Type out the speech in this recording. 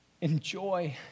Enjoy